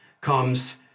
comes